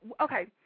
okay